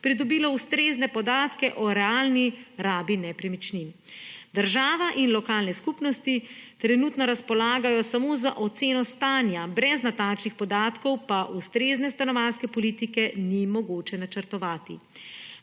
pridobile ustrezne podatke o realni rabi nepremičnin. Država in lokalne skupnosti trenutno razpolagajo samo z oceno stanja; brez natančnih podatkov pa ustrezne stanovanjske politike ni mogoče načrtovati.